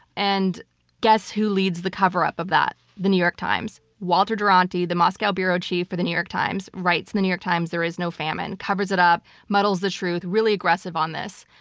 and guess who leads the cover up of that? the new york times. walter duranty, the moscow bureau chief for the new york times writes in the new york times there is no famine, covers it up, muddles the truth, really aggressive on this.